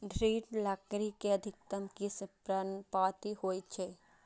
दृढ़ लकड़ी के अधिकतर किस्म पर्णपाती होइ छै